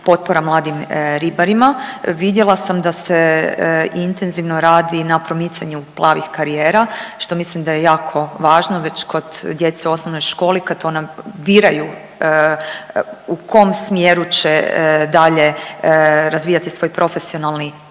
potpora mladim ribarima. Vidjela sam da se intenzivno radi na promicanju plavih karijera, što mislim da je jako važno već kod djece u osnovnoj školi kad ona biraju u kom smjeru će dalje razvijati svoj profesionalni